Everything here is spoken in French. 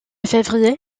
février